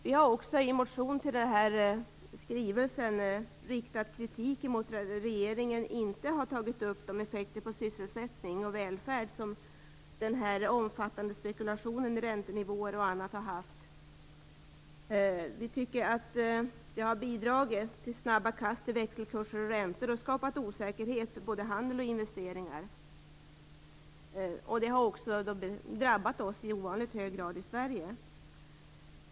Vi har också i en motion med anledning av regeringens skrivelse riktat kritik mot att regeringen inte har tagit upp de effekter på sysselsättning och välfärd som den omfattande spekulationen i räntenivåer och annat har fått. Vi tycker att det har bidragit till snabba kast i växelkurser och räntor och skapat osäkerhet för både handel och investeringar. Det har också drabbat oss i Sverige i ovanligt hög grad.